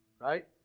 Right